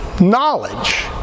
knowledge